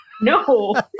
No